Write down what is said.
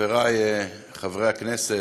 חברי חברי הכנסת,